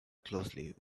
closely